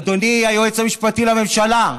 אדוני היועץ המשפטי לממשלה: